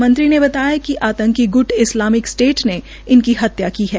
मंत्री ने बताया कि आंतकी गूट इस्लामिक स्टेट ने इनकी हत्या की है